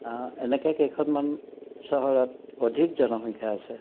এনেকৈ কেইখনমান চহৰত অধিক জনসংখ্যা আছে